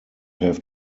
have